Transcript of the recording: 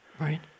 Right